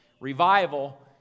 Revival